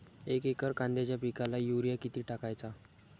एक एकर कांद्याच्या पिकाला युरिया किती टाकायचा?